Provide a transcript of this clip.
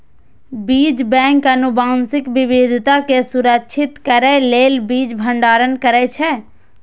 बीज बैंक आनुवंशिक विविधता कें संरक्षित करै लेल बीज भंडारण करै छै